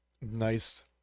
nice